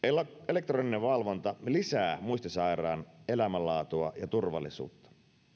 elektroninen valvonta lisää muistisairaan elämänlaatua ja turvallisuutta